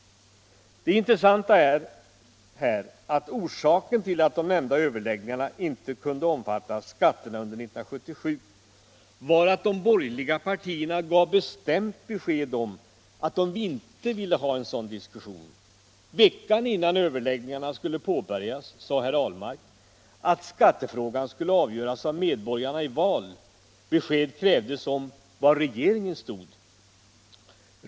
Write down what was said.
Det intressanta här är att orsaken till att de nämnda överläggningarna inte kunde omfatta skatterna under 1977 var att de borgerliga partierna gav bestämt besked om att de inte ville ha en sådan diskussion. Veckan innan överläggningarna skulle påbörjas sade herr Ahlmark att skattefrågan skulle avgöras av medborgarna i val. Besked krävdes om var regeringen stod.